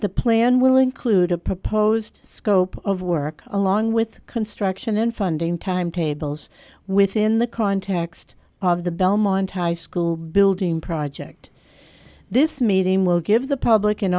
the plan will include a proposed scope of work along with construction and funding timetables within the context of the belmont high school building project this meeting will give the public an